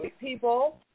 people